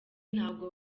ntabwo